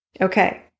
Okay